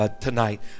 Tonight